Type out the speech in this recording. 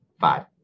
five